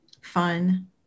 fun